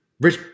rich –